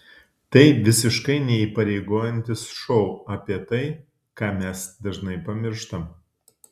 tai visiškai neįpareigojantis šou apie tai ką mes dažnai pamirštam